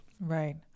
Right